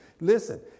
Listen